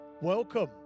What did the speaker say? Welcome